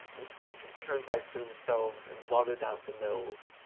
and scooped a turnpike for themselves, and blotted out the mills!